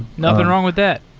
nothing wrong with that.